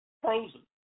frozen